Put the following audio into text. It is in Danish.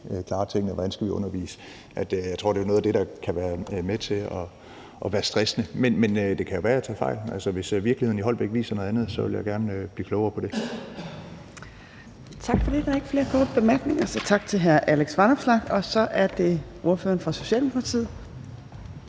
klare tingene, hvordan skal vi undervise? Jeg tror, at det er noget det, der kan være med til at være stressende. Men det kan jo være, jeg tager fejl. Altså, hvis virkeligheden i Holbæk viser noget andet, vil jeg gerne blive klogere på det. Kl. 11:45 Tredje næstformand (Trine Torp): Tak for det. Der er ikke flere korte bemærkninger, så tak til hr. Alex Vanopslagh. Og så er det ordføreren for Socialdemokratiet.